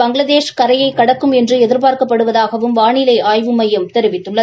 பங்ளாதேஷ் கரையை கடக்கும் என்று எதிர்பார்க்கப்படுவதாக வானிலை ஆய்வு மையம் தெரிவித்துள்ள